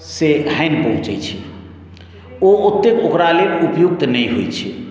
से हानि पहुँचैत छै ओ ओतेक ओकरा लेल उपयुक्त नहि होइत छै